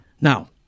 Now